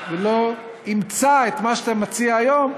ולא אימצה את מה שאתה מציע היום,